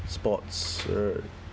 sports right